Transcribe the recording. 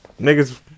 niggas